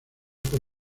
por